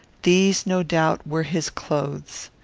these, no doubt, were his clothes.